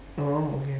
oh okay